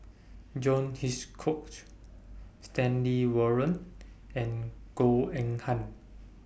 John Hitchcock Stanley Warren and Goh Eng Han